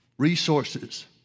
resources